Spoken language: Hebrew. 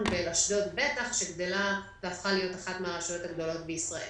ולאשדוד שבוודאי גדלה והפכה להיות אחת הרשויות הגדולות בישראל.